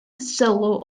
sylw